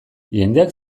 jendeak